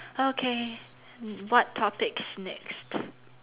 okay what topics next